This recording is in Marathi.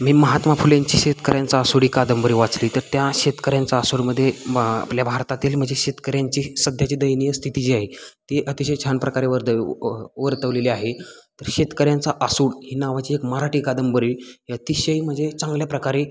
मी महात्मा फुलेंची शेतकऱ्यांचा असूड ही कादंबरी वाचली तर त्या शेतकऱ्यांचा असूडमध्ये म आपल्या भारतातील म्हणजे शेतकऱ्यांची सध्याची दयनीय स्थिती जी आहे ती अतिशय छान प्रकारे वर्धव वर्तवलेली आहे तर शेतकऱ्यांचा असूड ही नावाची एक मराठी कादंबरी ही अतिशय म्हणजे चांगल्या प्रकारे